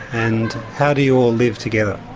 and how do you all live together?